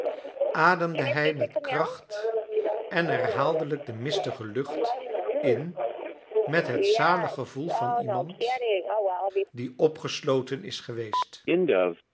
ademde hij met kracht en herhaaldelijk de mistige lucht in met het zalig gevoel van iemand die opgesloten is geweest